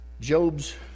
Job's